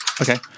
Okay